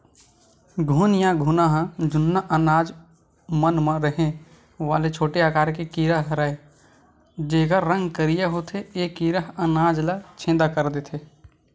घुन या घुना ह जुन्ना अनाज मन म रहें वाले छोटे आकार के कीरा हरयए जेकर रंग करिया होथे ए कीरा ह अनाज ल छेंदा कर देथे